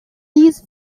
these